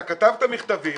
אתה כתבת מכתבים